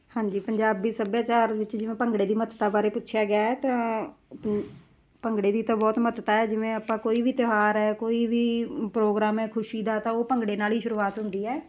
ਹਾਂਜੀ ਪੰਜਾਬੀ ਸੱਭਿਆਚਾਰ ਵਿੱਚ ਜਿਵੇਂ ਭੰਗੜੇ ਦੀ ਮਹੱਤਤਾ ਬਾਰੇ ਪੁੱਛਿਆ ਗਿਆ ਹੈ ਤਾਂ ਭੰਗੜੇ ਦੀ ਤਾਂ ਬਹੁਤ ਮਹੱਤਤਾ ਹੈ ਜਿਵੇਂ ਆਪਾਂ ਕੋਈ ਵੀ ਤਿਉਹਾਰ ਹੈ ਕੋਈ ਵੀ ਪ੍ਰੋਗਰਾਮ ਹੈ ਖੁਸ਼ੀ ਦਾ ਤਾਂ ਉਹ ਭੰਗੜੇ ਨਾਲ ਹੀ ਸ਼ੁਰੂਆਤ ਹੁੰਦੀ ਹੈ